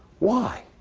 why?